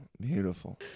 Beautiful